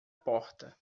porta